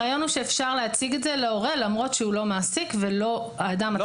הרעיון הוא שאפשר להציג את זה להורה למרות שהוא לא מעסיק ולא האדם עצמו.